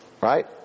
right